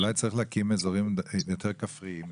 אז אולי צריך להקים גם באזורים יותר כפריים,